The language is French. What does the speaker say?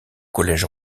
collège